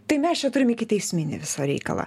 tai mes čia turim ikiteisminį visą reikalą